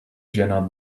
jena